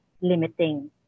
limiting